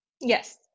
Yes